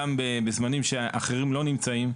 גם בזמנים שאחרים לא נמצאים,